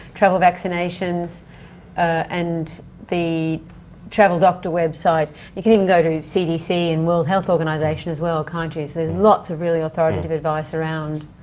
travel vaccinations and the travel doctor website. you can even go to cdc and world health organisation as well. so there's lots of really authoritative advice around.